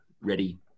ready